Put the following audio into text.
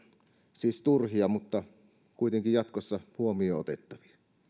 siis turhia mutta kuitenkin jatkossa huomioon otettavia